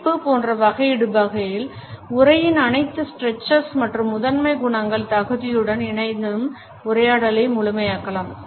சிரிப்பு போன்ற வகையிடுபவைகள் உரையின் அனைத்து stretches மற்றும் முதன்மை குணங்கள் தகுதிகளுடன் இணைந்தும் உரையாடலை முழுமையாக்கலாம்